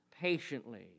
patiently